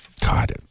God